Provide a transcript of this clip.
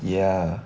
ya